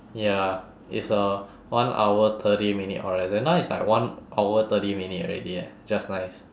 ya it's a one hour thirty minute oral exam now it's like one hour thirty minute already eh just nice